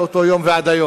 מאותו יום ועד היום.